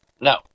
No